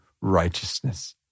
righteousness